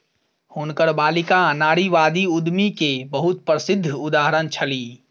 हुनकर बालिका नारीवादी उद्यमी के बहुत प्रसिद्ध उदाहरण छली